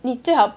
你最好